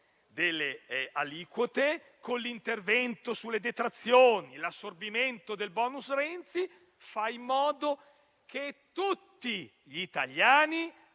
delle aliquote, con l'intervento sulle detrazioni e l'assorbimento del *bonus* Renzi, fa in modo che tutti gli italiani